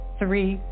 three